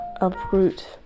uproot